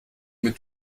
mit